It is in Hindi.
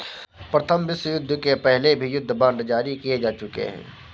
प्रथम विश्वयुद्ध के पहले भी युद्ध बांड जारी किए जा चुके हैं